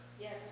Yes